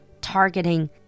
targeting